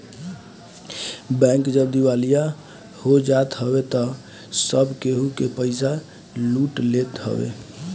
bank जब दिवालिया हो जात हवे तअ सब केहू के पईसा लूट लेत हवे